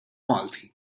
malti